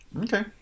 Okay